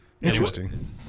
Interesting